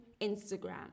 Instagram